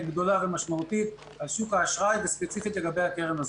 ומשמעותית על שוק האשראי וספציפית לגבי הקרן הזאת.